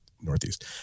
Northeast